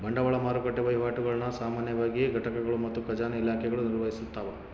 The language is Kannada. ಬಂಡವಾಳ ಮಾರುಕಟ್ಟೆ ವಹಿವಾಟುಗುಳ್ನ ಸಾಮಾನ್ಯವಾಗಿ ಘಟಕಗಳು ಮತ್ತು ಖಜಾನೆ ಇಲಾಖೆಗಳು ನಿರ್ವಹಿಸ್ತವ